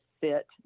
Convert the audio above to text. fit